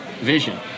vision